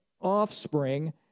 offspring